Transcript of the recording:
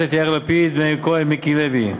כהן ומיקי לוי,